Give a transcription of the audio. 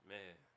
Man